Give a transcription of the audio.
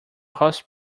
host